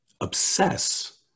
obsess